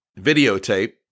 videotape